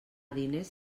diners